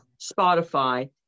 Spotify